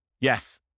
Yes